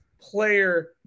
player